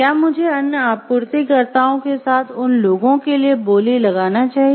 क्या मुझे अन्य आपूर्तिकर्ताओं के साथ उन लोगों के लिए बोली लगाना चाहिए